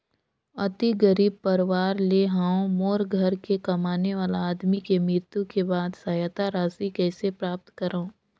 अति गरीब परवार ले हवं मोर घर के कमाने वाला आदमी के मृत्यु के बाद सहायता राशि कइसे प्राप्त करव?